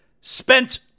Spent